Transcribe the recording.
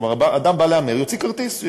כלומר, אדם בא להמר, שיוציא כרטיס.